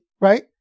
right